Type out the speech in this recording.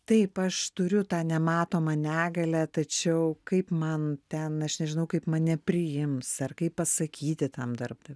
taip aš turiu tą nematomą negalią tačiau kaip man ten aš nežinau kaip mane priims ar kaip pasakyti tam darbda